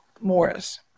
Morris